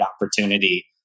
opportunity